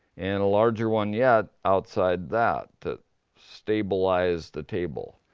and a larger one yet outside that, to stabilize the table.